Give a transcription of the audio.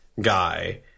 guy